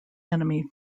enemy